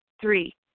Three